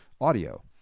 audio